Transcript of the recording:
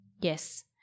Yes